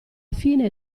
fine